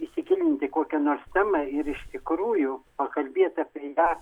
įsigilinti į kokią nors temą ir iš tikrųjų pakalbėt apie ją